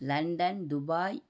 London Dubai